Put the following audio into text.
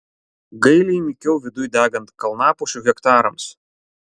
gailiai mykiau viduj degant kalnapušių hektarams